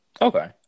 Okay